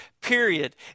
period